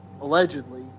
allegedly